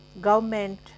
government